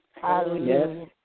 Hallelujah